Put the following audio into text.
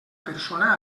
persona